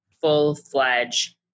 full-fledged